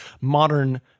modern